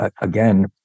again